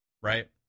right